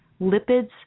lipids